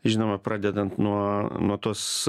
žinoma pradedant nuo nuo tos